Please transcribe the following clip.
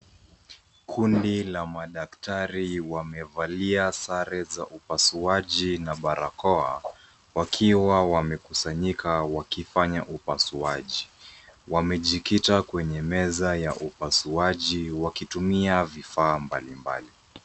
Kundi la madaktari wamevalia sare za upasuaji na barakoa wakiwa wamekusanyika wakifanya upasuaji. Wamejikita kwenye meza ya upasuaji wakitumia vifaa mbalimbali.